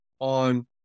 on